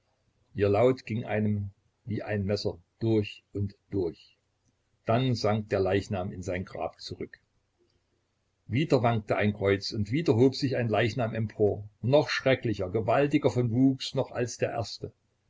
ihr laut ging einem wie ein messer durch und durch dann sank der leichnam in sein grab zurück wieder wankte ein kreuz und wieder hob sich ein leichnam empor noch schrecklicher gewaltiger von wuchs noch als der erste